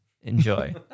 Enjoy